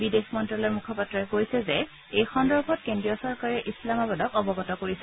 বিদেশ মন্তালয়ৰ মুখপাত্ৰই কৈছে যে এই সন্দৰ্ভত কেন্দ্ৰীয় চৰকাৰে ইছলামাবাদক অৱগত কৰিছে